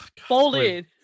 Folded